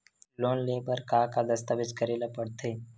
Loan ले बर का का दस्तावेज करेला पड़थे?